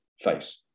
face